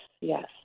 yes